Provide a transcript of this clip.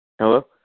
Hello